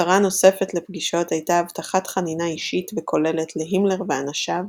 מטרה נוספת לפגישות הייתה הבטחת חנינה אישית וכוללת להימלר ואנשיו,